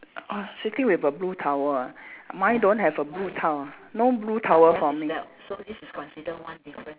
uh sitting with a blue towel ah mine don't have a blue towel no blue towel for me